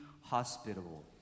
hospitable